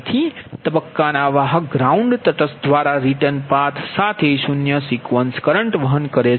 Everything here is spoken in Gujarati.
તેથી તબક્કાના વાહક ગ્રાઉન્ડ તટસ્થ દ્વારા રીટર્ન પાથ સાથે શૂન્ય સિક્વન્સ કરંટ વહન કરે છે